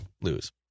lose